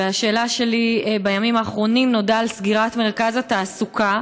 והשאלה שלי: בימים האחרונים נודע על סגירת מרכז התעסוקה